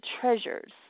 Treasures